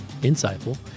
insightful